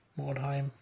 Mordheim